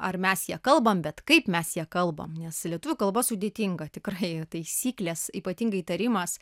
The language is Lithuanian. ar mes ja kalbam bet kaip mes ja kalbam nes lietuvių kalba sudėtinga tikrai taisyklės ypatingai tarimas